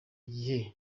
gihe